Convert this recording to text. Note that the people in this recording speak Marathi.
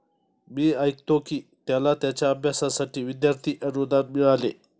मी ऐकतो की त्याला त्याच्या अभ्यासासाठी विद्यार्थी अनुदान मिळाले